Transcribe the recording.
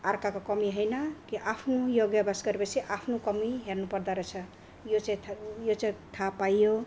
अर्काको कमी होइन कि आफ्नो योग अभ्यास गरेपछि आफ्नो कमी हेर्नु पर्दो रहेछ यो चाहिँ यो चाहिँ थाहा पाइयो